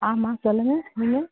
ஆமாம் சொல்லுங்கள் நீங்கள்